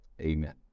amen